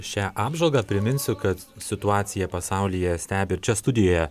šią apžvalgą priminsiu kad situaciją pasaulyje stebi čia studijoje